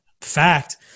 fact